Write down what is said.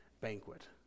banquet